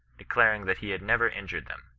declaring that he had never injured them,